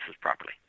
properly